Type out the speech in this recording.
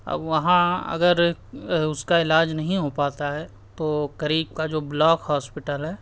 اب وہاں اگر اس کا علاج نہیں ہو پاتا ہے تو قریب کا جو بلاک ہاسپٹل ہے